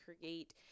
create